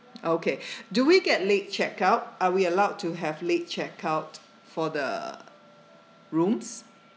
okay do we get late check out are we allowed to have late check out for the rooms